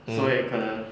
mm